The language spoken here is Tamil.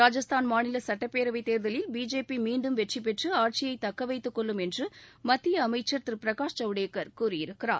ராஜஸ்தான் மாநில சுட்டப்பேரவைத் தேர்தலில் பிஜேபி மீன்டும் வெற்றி பெற்று ஆட்சியை தக்க வைத்துக் கொள்ளும் என்று மத்திய அமைச்சர் திரு பிரகாஷ் ஜவ்டேகர் கூறியிருக்கிறார்